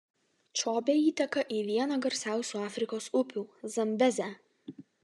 čobė įteka į vieną garsiausių afrikos upių zambezę